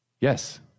Yes